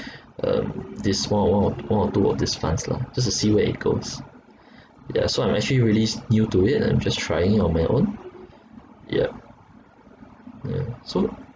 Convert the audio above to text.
um these one one or one or two of these funds lah just to see where it goes yeah so I'm actually really s~ new to it and I'm just trying it on my own yeah mm so